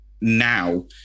now